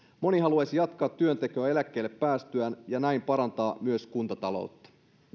moni haluaisi jatkaa työntekoa eläkkeelle päästyään ja näin parantaa myös kuntataloutta